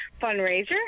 fundraiser